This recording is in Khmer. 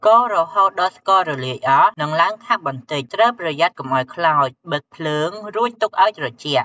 កូររហូតដល់ ស្កររលាយអស់ និងឡើងខាប់បន្តិច ត្រូវប្រយ័ត្នកុំឲ្យខ្លោច បិទភ្លើង រួចទុកឲ្យត្រជាក់។